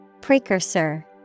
Precursor